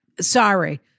Sorry